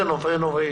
בנובמבר.